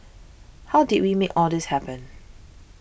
how did we make all this happen